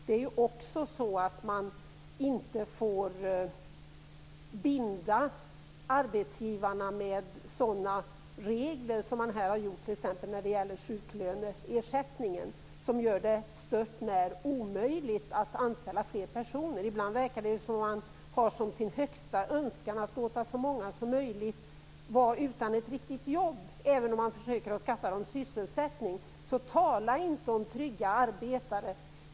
Man får inte heller, som här har skett, binda arbetsgivarna med regler t.ex. när det gäller sjuklöneersättningen som gör det hart när omöjligt att anställa fler personer. Ibland verkar det som om man har som högsta önskan att låta så många som möjligt vara utan ett riktigt jobb, detta även om man försöker skaffa dem sysselsättning. Tala alltså inte om trygga arbetare!